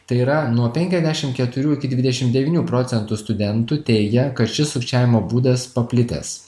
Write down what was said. tai yra nuo penkiasdešimt keturių iki dvidešimt devynių procentų studentų teigia kad šis sukčiavimo būdas paplitęs